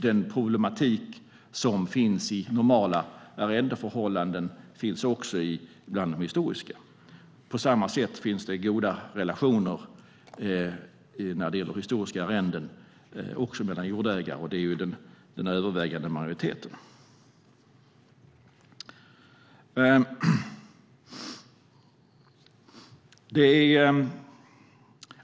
Den problematik som finns i normala arrendeförhållanden finns också när det gäller historiska arrenden. Det finns goda relationer mellan jordägare när det gäller historiska arrenden. Det är den övervägande majoriteten.